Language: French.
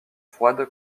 froide